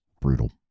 brutal